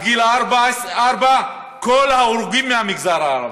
גיל ארבע כל ההרוגים הם מהמגזר הערבי,